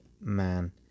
man